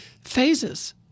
phases